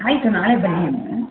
ಆಯಿತು ನಾಳೆ ಬನ್ನಿ ಅಮ್ಮ